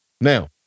Now